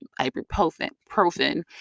ibuprofen